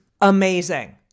amazing